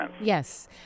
Yes